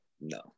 No